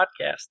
podcast